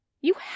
You